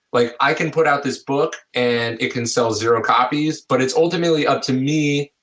like i can put out this book and it can sell zero copies but it's ultimately up to me,